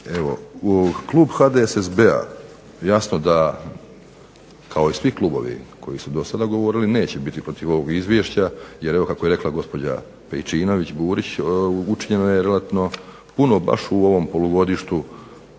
Klub HDSSB-a jasno da kao i svi klubovi koji su do sada govorili neće biti protiv ovog izvješća jer evo, kako je rekla gospođa Pejčinović Burić, učinjeno je relativno puno baš u ovom polugodištu